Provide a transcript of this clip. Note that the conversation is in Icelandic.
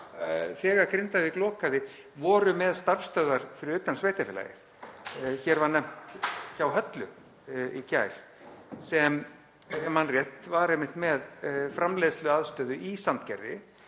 þegar Grindavík lokaði voru með starfsstöðvar fyrir utan sveitarfélagið. Hér var nefnt Hjá Höllu í gær, sem ef ég man rétt var einmitt með framleiðsluaðstöðu í Sandgerði